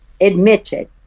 admitted